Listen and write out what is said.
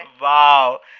Wow